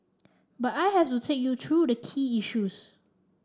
but I have to take you through the key issues